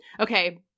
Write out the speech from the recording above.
Okay